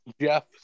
Jeff